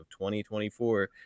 2024